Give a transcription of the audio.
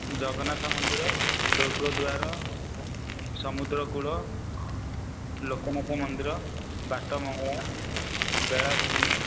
ଜଗନ୍ନାଥ ମନ୍ଦିର ସ୍ୱର୍ଗଦ୍ୱାର ସମୁଦ୍ରକୂଳ ଲୋକନାଥ ମନ୍ଦିର ବାଟ ମଙ୍ଗଳା ବେଳାଭୂମି